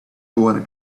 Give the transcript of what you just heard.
wanted